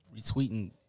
retweeting